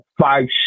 five